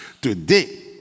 Today